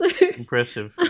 Impressive